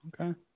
Okay